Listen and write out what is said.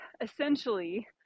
essentially